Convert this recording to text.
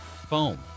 Foam